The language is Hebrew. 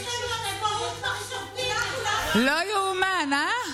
יש לנו, שופטים, לא ייאמן, אה?